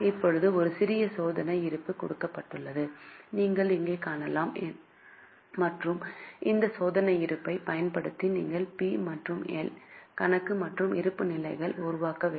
இப்போது ஒரு சிறிய சோதனை இருப்பு கொடுக்கப்பட்டுள்ளது நீங்கள் இங்கே காணலாம் மற்றும் இந்த சோதனை இருப்பைப் பயன்படுத்தி நீங்கள் பி மற்றும் எல் கணக்கு மற்றும் இருப்புநிலைகளை உருவாக்க வேண்டும்